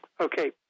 Okay